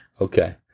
Okay